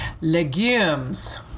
Legumes